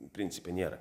principe nėra